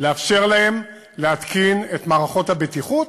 לאפשר להם להתקין את מערכות הבטיחות,